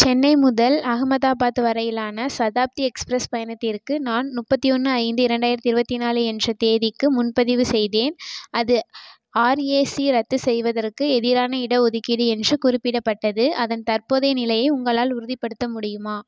சென்னை முதல் அகமதாபாத் வரையிலான சதாப்தி எக்ஸ்பிரஸ் பயணத்திற்கு நான் முப்பத்தி ஒன்று ஐந்து இரண்டாயிரத்தி இருபத்தி நாலு என்ற தேதிக்கு முன்பதிவு செய்தேன் அது ஆர்ஏசி ரத்து செய்வதற்கு எதிரான இடஒதுக்கீடு என்று குறிப்பிடப்பட்டது அதன் தற்போதைய நிலையை உங்களால் உறுதிப்படுத்த முடியுமா